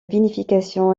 vinification